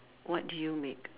what do you make